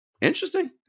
Interesting